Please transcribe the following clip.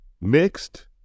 mixed